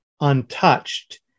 untouched